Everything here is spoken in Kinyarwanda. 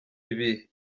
ibihe